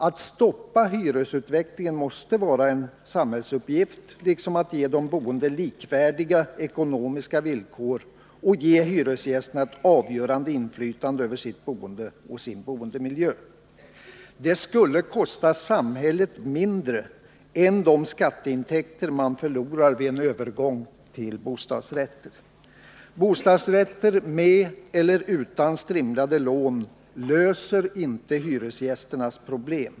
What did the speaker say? Att stoppa hyresutvecklingen måste vara en samhällsuppgift, liksom att ge de boende likvärdiga ekonomiska villkor och ge hyresgästerna ett avgörande inflytande över sitt boende och sin boendemiljö. Det skulle kosta samhället mindre än de skatteintäkter man förlorar vid en övergång till bostadsrätter. Bostadsrätter med eller utan strimlade lån löser inte hyresgästernas problem.